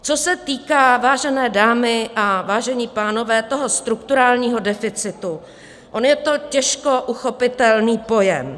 Co se týká, vážené dámy a vážení pánové, toho strukturálního deficitu, on je to těžko uchopitelný pojem.